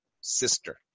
sister